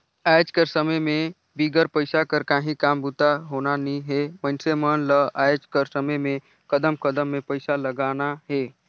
आएज कर समे में बिगर पइसा कर काहीं काम बूता होना नी हे मइनसे मन ल आएज कर समे में कदम कदम में पइसा लगना हे